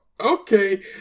Okay